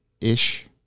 ish